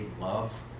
love